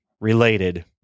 related